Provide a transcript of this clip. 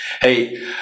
Hey